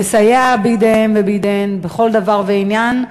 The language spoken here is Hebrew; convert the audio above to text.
לסייע בידיהם ובידיהן בכל דבר ועניין.